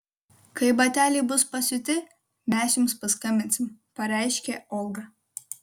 kai bateliai bus pasiūti mes jums paskambinsime pareiškė olga